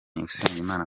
usengimana